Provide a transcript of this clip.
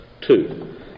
Two